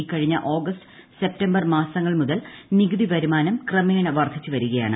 ഇക്കഴിഞ്ഞ August September മാസങ്ങൾ മുതൽ നികുതി വരുമാനം ക്രമേണ വർധിച്ച് വരികയാണ്